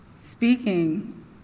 speaking